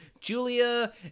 julia